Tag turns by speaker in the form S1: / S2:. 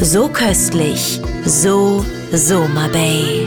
S1: So köstlich, so Soma Bay.